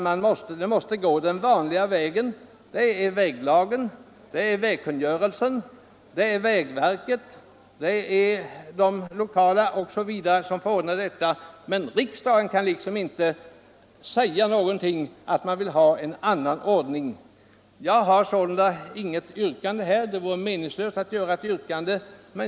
Man måste iaktta den vanliga ordningen: här gäller väglagen och vägkungörelsen, och det är vägverket och de lokala myndigheterna som får ordna detta. Riksdagen kan inte säga att den vill ha en annan ordning. Jag har inget yrkande, eftersom det vore meningslöst att ställa ett sådant.